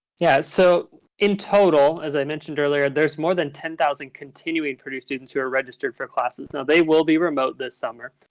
yeah. so in total, as i mentioned earlier, there's more than ten thousand continuing purdue students who are registered for classes. ah they will be remote this summer.